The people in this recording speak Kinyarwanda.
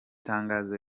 tangazo